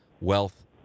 Wealth